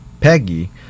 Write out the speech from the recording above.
Peggy